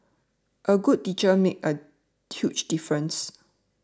a good teacher makes a huge difference